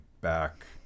back